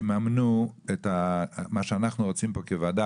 תממנו את מה שאנחנו רוצים פה כוועדה,